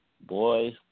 boy